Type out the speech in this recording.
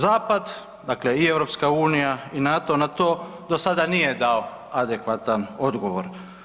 Zapad, dakle i EU i NATO na to do sada nije dao adekvatan odgovor.